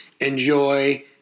enjoy